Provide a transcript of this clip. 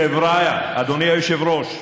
חבריא, אדוני היושב-ראש,